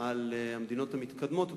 על המדינות המתקדמות בעולם.